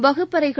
வகுப்பறைகள்